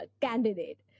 candidate